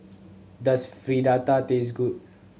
does Fritada taste good